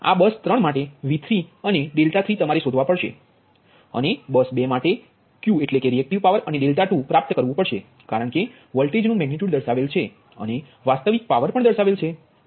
આ bus bus 3 માટે તમારે V3 અને 3 તમારે શોધવા પડશે અને બસ 2 માટે Q અને 2 પ્રાપ્ત કરવું પડશે કારણ કે વોલ્ટેજનુ મેગનિટ્યુડ દર્શાવેલ છે અને વાસ્તવિક પાવર પણ દર્શાવેલ છે